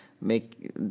make